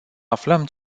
aflăm